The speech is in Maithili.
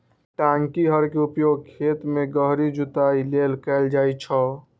टांकी हर के उपयोग खेत मे गहींर जुताइ लेल कैल जाइ छै